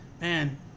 man